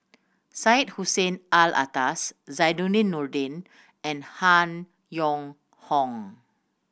Syed Hussein Alatas Zainudin Nordin and Han Yong Hong